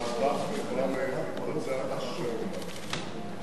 ההצבעה יכולה להתקיים אחרי, לא